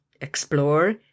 explore